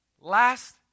Last